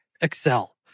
Excel